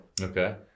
Okay